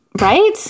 right